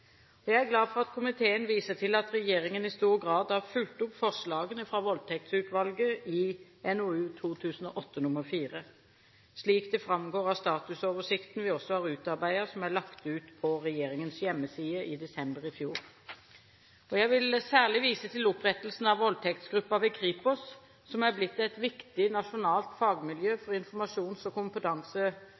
Jeg er glad for at komiteen viser til at regjeringen i stor grad har fulgt opp forslagene fra Voldtektsutvalget i NOU 2008:4, slik det framgår av statusoversikten vi også har utarbeidet, som ble lagt ut på regjeringens hjemmeside i desember i fjor. Jeg vil særlig vise til opprettelsen av voldtektsgruppen ved Kripos, som er blitt et viktig nasjonalt fagmiljø for informasjons- og